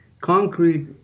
concrete